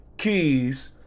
Keys